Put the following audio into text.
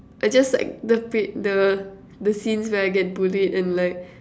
I just like the feel~ the scenes where I get bullied and like